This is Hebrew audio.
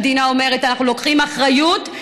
המדינה אומרת: אנחנו לוקחים אחריות,